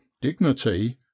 dignity